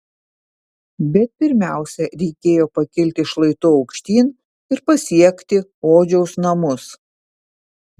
bet pirmiausia reikėjo pakilti šlaitu aukštyn ir pasiekti odžiaus namus